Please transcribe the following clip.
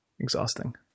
exhausting